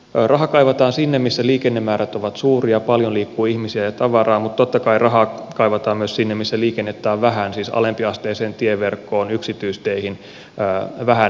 rahaa kaivataan sinne missä liikennemäärät ovat suuria paljon liikkuu ihmisiä ja tavaraa mutta totta kai rahaa kaivataan myös sinne missä liikennettä on vähän siis alempiasteiseen tieverkkoon yksityisteihin vähän liikennöityihin ratoihin